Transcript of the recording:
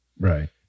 Right